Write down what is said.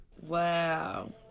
Wow